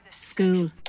school